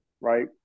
right